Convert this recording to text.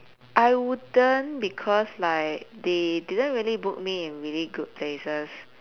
I wouldn't because like they didn't really book me in really good places